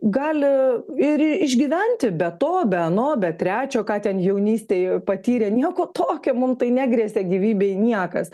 gali ir išgyventi be to be ano be trečio ką ten jaunystėj patyrė nieko tokio mum tai negresia gyvybei niekas